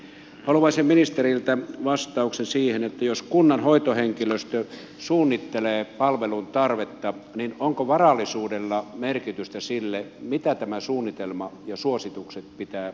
haluaisin ministeriltä vastauksen siihen että jos kunnan hoitohenkilöstö suunnittelee palvelun tarvetta niin onko varallisuudella merkitystä sille mitä tämä suunnitelma ja suositukset pitävät sisällään